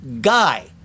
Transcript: guy